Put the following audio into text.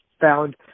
found